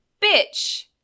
bitch